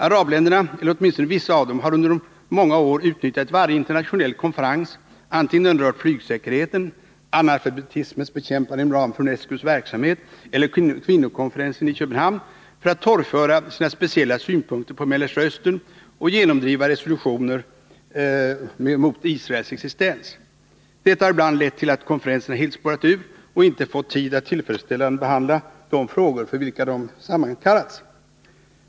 Arabländerna — åtminstone vissa av dem — har under många år utnyttjat varje internationell konferens, antingen den rört flygsäkerheten, analfabetismens bekämpande inom ramen för UNESCO:s verksamhet eller kvinnokonferensen i Köpenhamn, för att torgföra sina speciella synpunkter på Mellersta Östern och genomdriva resolutioner mot Israels existens. Detta har ibland lett till att konferenserna helt spårat ur och inte fått tid att tillfredsställande behandla de frågor för vilka de sammankallats.